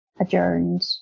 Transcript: adjourned